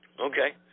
Okay